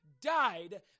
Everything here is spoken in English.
died